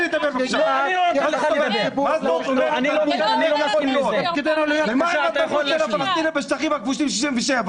חיזוק הביטחון בתוך החברה הערבית הוא חשוב למשטרת ישראל